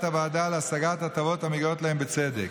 הוועדה להשגת הטבות המגיעות לכם בצדק.